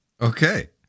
okay